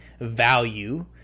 value